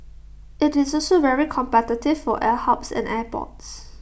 IT is also very competitive for air hubs and airports